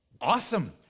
Awesome